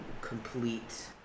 complete